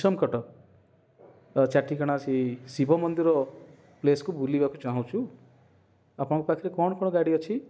ବିଷମ କଟକ ଠିକଣା ଅଛି ଶିବମନ୍ଦିର ପ୍ଲେସ୍କୁ ବୁଲିବାକୁ ଚାହୁଁଛୁ ଆପଣଙ୍କ ପାଖରେ କ'ଣ କ'ଣ ଗାଡ଼ି ଅଛି